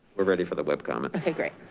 we're ready for the web comment. okay, great.